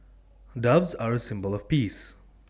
doves are A symbol of peace